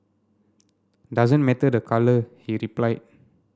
doesn't matter the colour he replied